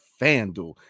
FanDuel